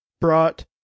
brought